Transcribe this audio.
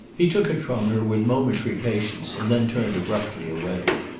he took it from her with momentary patience and then turned abruptly away.